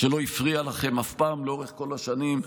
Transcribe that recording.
שלא הפריע לכם אף פעם לאורך כל השנים,